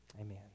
amen